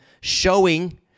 showing